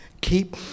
Keep